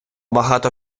багато